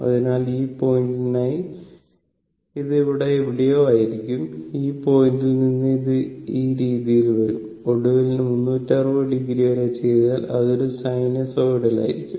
അതിനാൽ ഈ പോയിന്റിനായി ഇത് ഇവിടെ എവിടെയോ ആയിരിക്കും ഈ പോയിന്റിൽ നിന്ന് ഇത് ഈ രീതിയിൽ വരും ഒടുവിൽ 360o വരെ ചെയ്താൽ അത് ഒരു സൈനസോയ്ഡൽ ആയിരിക്കും